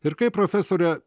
ir kaip profesore